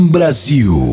Brasil